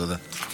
תודה.